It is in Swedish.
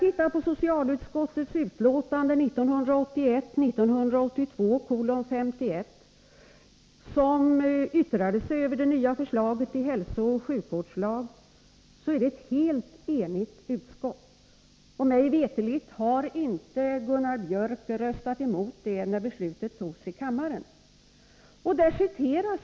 Bakom socialutskottets betänkande 1981/82:51, där utskottet yttrade sig över förslaget till ny hälsooch sjukvårdslag, står ett helt enigt utskott. Mig veterligt röstade inte Gunnar Biörck mot förslaget, när beslut fattades i riksdagen.